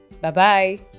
Bye-bye